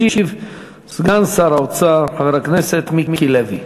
ישיב סגן שר האוצר, חבר הכנסת מיקי לוי.